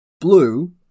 Blue